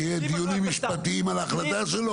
שיהיו דיונים משפטיים על ההחלטה שלו?